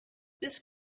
this